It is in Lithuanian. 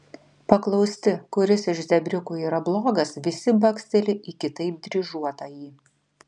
paklausti kuris iš zebriukų yra blogas visi baksteli į kitaip dryžuotąjį